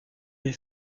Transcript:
est